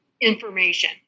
information